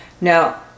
Now